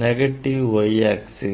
this is the negative y axis